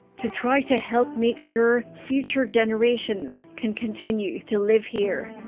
to try to help make sure future generations can continue to live here.